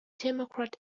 democrat